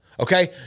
Okay